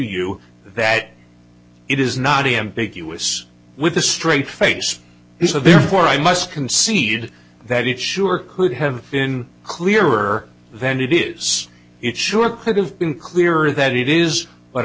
you that it is not ambiguous with a straight face severe for i must concede that it sure could have been clearer than it is it sure could have been clearer that it is but